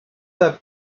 that